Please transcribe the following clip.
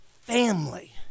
family